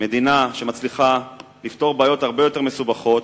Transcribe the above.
מדינה שמצליחה לפתור בעיות הרבה יותר מסובכות,